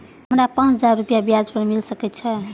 हमरा पाँच हजार रुपया ब्याज पर मिल सके छे?